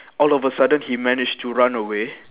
all of the sudden he managed to run away